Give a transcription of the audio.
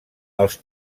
els